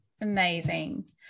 Amazing